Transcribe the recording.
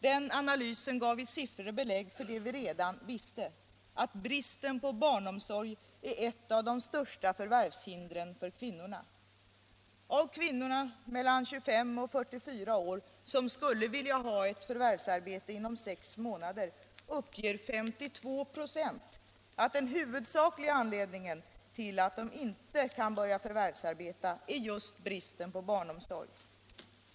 Den analysen gav i siffror belägg för det vi redan visste: att bristen på barnomsorg är ett av de största förvärvshindren för kvinnorna. Av de kvinnor mellan 25 och 44 år som skulle vilja ha ett arbete inom sex månader uppger 52 26 att den huvudsakliga anledningen till att de inte kan börja förvärvsarbeta är just bristen på barnomsorg.